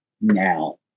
now